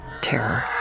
terror